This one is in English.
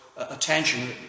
Attention